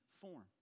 form